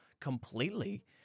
completely